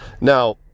Now